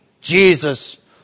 Jesus